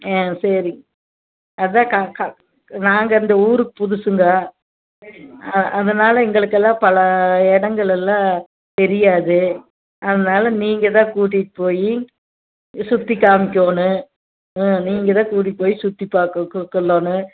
ஆ சரி அதுதான் கா கா நாங்கள் இந்த ஊருக்கு புதுசுங்க அதனால் எங்களுக்கெல்லாம் பல இடங்களெல்லாம் தெரியாது அதனால் நீங்கள் தான் கூட்டிகிட்டு போய் சுற்றி காமிக்கணும் ஆ நீங்கள்தான் கூட்டிகிட்டு போய் சுற்றி பார்க்கக்கு கொள்ளணும்